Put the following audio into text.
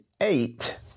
eight